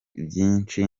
byinshi